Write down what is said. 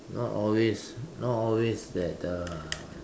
not always not always that uh